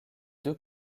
deux